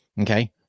Okay